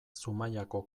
zumaiako